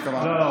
לא,